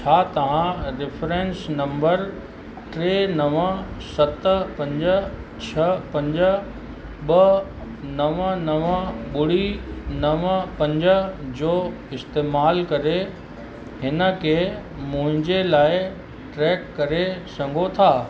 छा तव्हां reference number टे नव सत पंज छह पंज ॿ नव नव ॿुड़ी नव पंज जो इस्तेमालु करे हिन खे मुंहिंजे लाइ ट्रैक करे सघो था